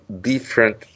different